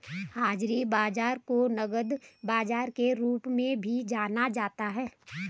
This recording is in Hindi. हाज़िर बाजार को नकद बाजार के रूप में भी जाना जाता है